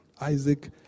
Isaac